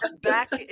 Back